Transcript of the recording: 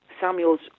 Samuels